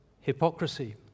Hypocrisy